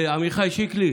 ועמיחי שיקלי,